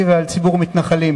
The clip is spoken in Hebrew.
החרדים ועל ציבור המתנחלים.